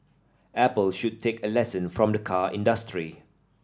Apple should take a lesson from the car industry